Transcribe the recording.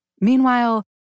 Meanwhile